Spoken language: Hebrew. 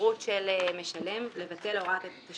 ההתייחסות של הסעיף היא פשוט לסיטואציה שיש שני נותני שירותי תשלום,